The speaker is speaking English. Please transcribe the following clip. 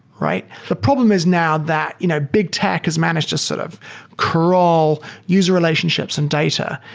right? the problem is now that you know big tech is managed a sort of crawl user relationships in data.